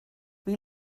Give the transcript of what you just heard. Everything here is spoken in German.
wie